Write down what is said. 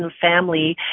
family